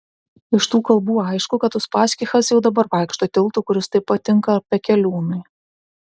iš tų kalbų aišku kad uspaskichas jau dabar vaikšto tiltu kuris taip patinka pekeliūnui